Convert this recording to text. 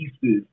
pieces